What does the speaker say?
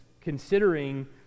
considering